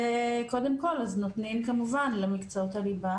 זה קודם כל, אז נותנים כמובן למקצועות הליבה